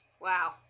wow